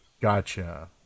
Gotcha